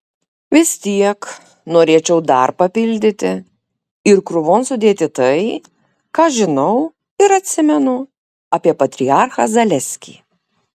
vis tiek norėčiau dar papildyti ir krūvon sudėti tai ką žinau ir atsimenu apie patriarchą zaleskį